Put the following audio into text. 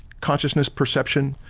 consciousness perception,